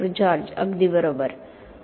George अगदी बरोबर डॉ